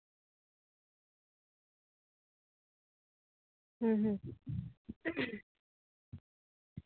ᱦᱩᱸ ᱦᱩᱸ